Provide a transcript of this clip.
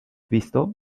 visto